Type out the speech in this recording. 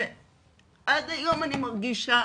ועד היום אני מרגישה